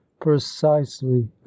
precisely